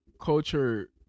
culture